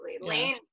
Lane